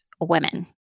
women